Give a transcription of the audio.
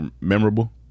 memorable